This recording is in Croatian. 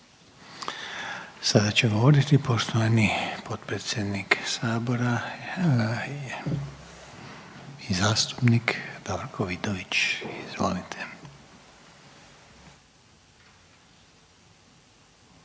Sada će govoriti poštovani potpredsjednik sabora i zastupnik Davorko Vidović, izvolite.